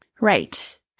Right